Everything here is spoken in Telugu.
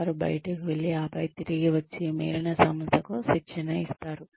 వారు బయటకు వెళ్లి ఆపై తిరిగి వచ్చి మిగిలిన సంస్థకు శిక్షణ ఇస్తారు